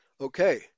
Okay